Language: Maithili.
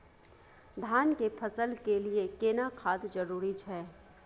धान के फसल के लिये केना खाद जरूरी छै?